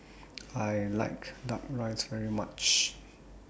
I like Duck Rice very much